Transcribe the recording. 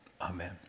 Amen